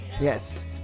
Yes